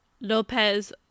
lopez